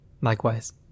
Likewise